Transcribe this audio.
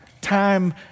time